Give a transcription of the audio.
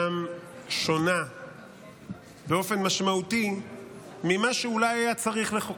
שונה באופן משמעותי ממה שאולי היה צריך לחוקק.